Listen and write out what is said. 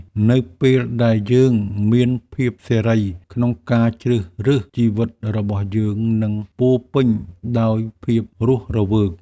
នៅពេលដែលយើងមានភាពសេរីក្នុងការជ្រើសរើស ជីវិតរបស់យើងនឹងពោរពេញដោយភាពរស់រវើក។